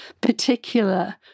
particular